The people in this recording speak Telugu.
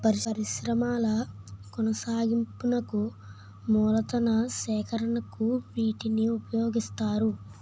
పరిశ్రమల కొనసాగింపునకు మూలతన సేకరణకు వీటిని ఉపయోగిస్తారు